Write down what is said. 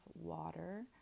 water